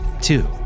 Two